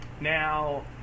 now